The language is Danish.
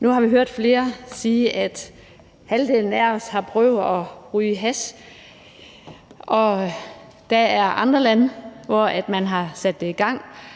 Nu har vi hørt flere sige, at halvdelen af os har prøvet at ryge hash. Der er andre lande, hvor man har sat forsøg i gang